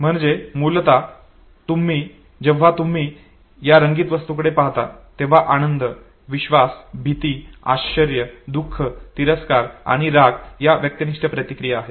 म्हणजे मूलत जेव्हा तुम्ही या रंगीत वस्तूकडे पाहता तेव्हा आनंद विश्वास भीती आश्चर्य दुःख तिरस्कार आणि राग या व्यक्तिनिष्ठ प्रतिक्रिया आहेत